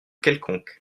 quelconque